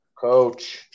coach